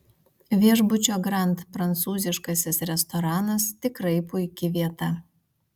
viešbučio grand prancūziškasis restoranas tikrai puiki vieta